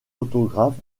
autographe